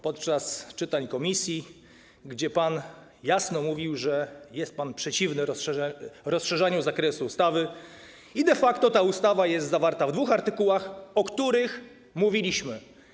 Podczas czytań w komisji pan jasno mówił, że jest pan przeciwny rozszerzaniu zakresu ustawy, i de facto ta ustawa jest zawarta w dwóch artykułach, o których mówiliśmy.